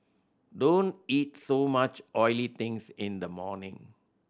don't eat so much oily things in the morning